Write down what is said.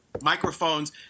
microphones